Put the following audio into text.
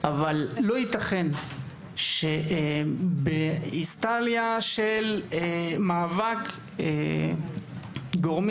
אבל לא ייתכן שבאצטלה של מאבק גורמים